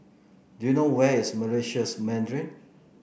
do you know where is Meritus Mandarin